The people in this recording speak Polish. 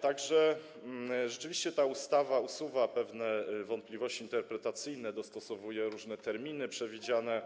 Tak że rzeczywiście ta ustawa usuwa pewne wątpliwości interpretacyjne, dostosowuje różne terminy przewidziane